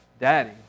Daddy